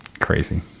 crazy